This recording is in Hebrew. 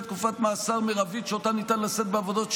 תקופת המאסר המרבית שאותה ניתן לשאת בעבודות שירות,